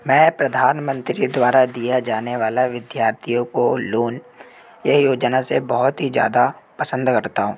मैं प्रधानमंत्री द्वारा दिया जाने वाला विध्यार्थियों को लोन यह योजना से बहुत ही ज़्यादा पसंद करता हूँ